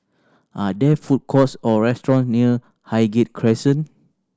are there food courts or restaurant near Highgate Crescent